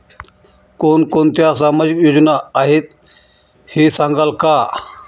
कोणकोणत्या सामाजिक योजना आहेत हे सांगाल का?